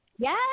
Yes